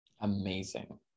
Amazing